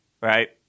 right